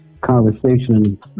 conversation